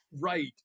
Right